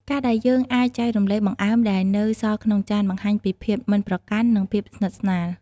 ការដែលយើងអាចចែករំលែកបង្អែមដែលនៅសល់ក្នុងចាន បង្ហាញពីភាពមិនប្រកាន់ និងភាពស្និទ្ធស្នាល។